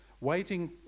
waiting